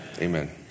Amen